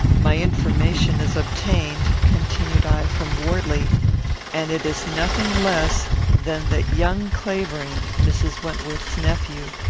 my information is obtained, continued i, from wortley and it is nothing less than that young clavering, mrs. wentworth's nephew,